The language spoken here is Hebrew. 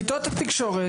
כיתות התקשורת,